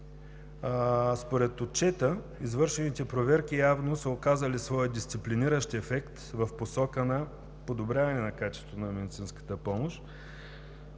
според отчета извършените проверки явно са оказали своя дисциплиниращ ефект в посока на подобряване на качеството на медицинската помощ,